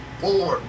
four